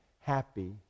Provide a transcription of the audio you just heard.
happy